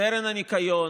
קרן הניקיון,